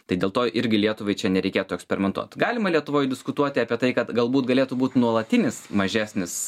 tai dėl to irgi lietuvai čia nereikėtų eksperimentuot galima lietuvoj diskutuot apie tai kad galbūt galėtų būt nuolatinis mažesnis